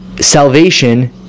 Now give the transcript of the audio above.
salvation